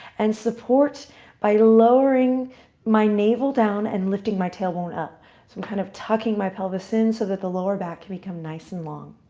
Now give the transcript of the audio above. and support by lowering my navel down and lifting my tailbone up kind of tucking my pelvis in so that the lower back can become nice and long.